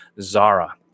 Zara